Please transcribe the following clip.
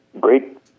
great